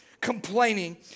complaining